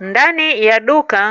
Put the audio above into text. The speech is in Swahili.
Ndani ya duka